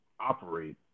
operate